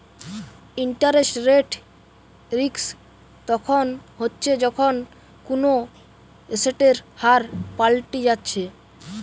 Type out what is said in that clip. interest rate risk তখন হচ্ছে যখন কুনো এসেটের হার পাল্টি যাচ্ছে